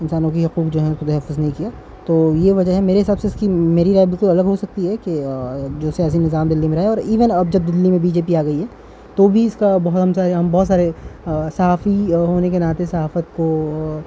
انسانوں کی حقوق جو ہے اس کو تحفظ نہیں کیا تو یہ وجہ ہے میرے حساب سے اس کی میری رائے بالکل الگ ہو سکتی ہے کہ جو سیاسی نظام دہلی میں رہا ہے اور ایون اب جب دہلی میں بی جے پی آ گئی ہے تو بھی اس کا بہت ہم سارے ہم بہت سارے صحافی ہونے کے نعطے صحافت کو